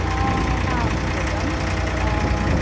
न आवश्यकं